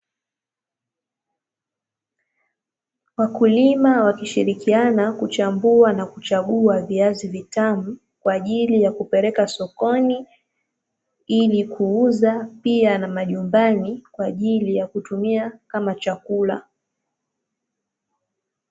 Wakulima kushirikiana kuchambua na kuchagua viazi vitamu, kwa ajili ya kupeleka sokoni ili kuuza pia na majumbani ili ya kutumia kama chakula.